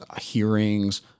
hearings